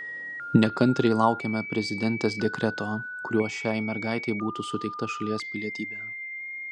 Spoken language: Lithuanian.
nekantriai laukiame prezidentės dekreto kuriuo šiai mergaitei būtų suteikta šalies pilietybė